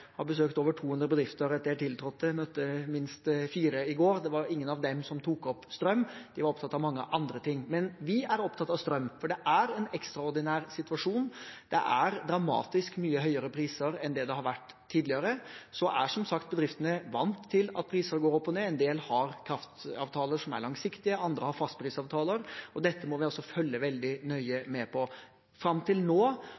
har besøkt over 200 bedrifter etter at jeg tiltrådte. Jeg møtte minst fire i går. Det var ingen av dem som tok opp strøm. De var opptatt av mange andre ting. Men vi er opptatt av strøm, for det er en ekstraordinær situasjon. Det er dramatisk mye høyere priser enn det har vært tidligere. Bedriftene er som sagt vant til at priser går opp og ned. En del har kraftavtaler som er langsiktige, andre har fastprisavtaler. Dette må vi følge veldig nøye med på. Fram til nå